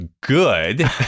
good